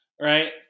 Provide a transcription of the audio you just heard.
right